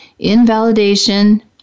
Invalidation